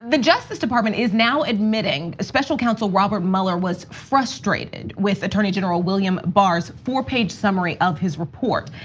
the justice department is now admitting special counsel robert mueller was frustrated with attorney general william barr's four page summary of his report.